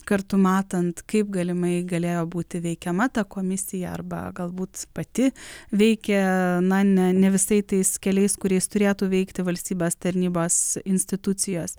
kartu matant kaip galimai galėjo būti veikiama ta komisija arba galbūt pati veikia na ne ne visais tais keliais kuriais turėtų veikti valstybės tarnybos institucijos